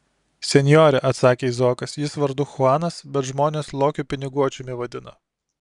senjore atsakė izaokas jis vardu chuanas bet žmonės lokiu piniguočiumi vadina